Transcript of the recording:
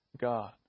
God